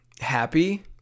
happy